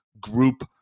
group